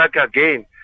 again